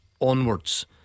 onwards